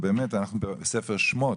אנחנו בספר שמות,